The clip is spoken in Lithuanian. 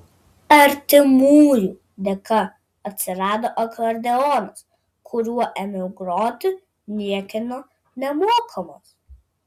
artimųjų dėka atsirado akordeonas kuriuo ėmiau groti niekieno nemokomas